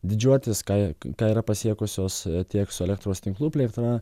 didžiuotis ką ką yra pasiekusios tiek su elektros tinklų plėtra